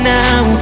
now